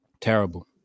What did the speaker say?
Terrible